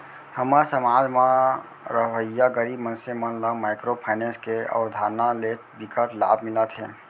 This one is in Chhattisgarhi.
हमर समाज म रहवइया गरीब मनसे मन ल माइक्रो फाइनेंस के अवधारना ले बिकट लाभ मिलत हे